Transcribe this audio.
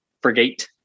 frigate